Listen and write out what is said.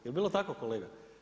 Jel bilo tako kolega?